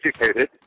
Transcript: educated